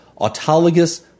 Autologous